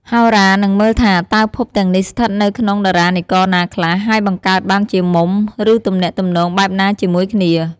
ហោរានឹងមើលថាតើភពទាំងនេះស្ថិតនៅក្នុងតារានិករណាខ្លះ ហើយបង្កើតបានជាមុំ ឬទំនាក់ទំនងបែបណាជាមួយគ្នា។